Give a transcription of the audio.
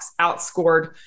outscored